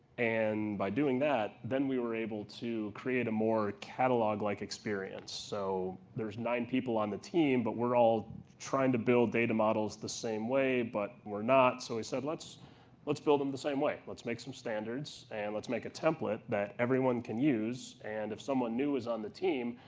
and by doing that, then we were able to create a more catalog-like experience. so there's nine people on the team, but we're all trying to build data models the same way, but we're not. so we said let's let's build them the same way. let's make some standards, and let's make a template that everyone can use. and if someone is new on the team,